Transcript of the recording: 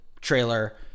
trailer